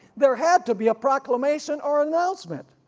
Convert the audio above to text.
there had to be a proclamation or announcement,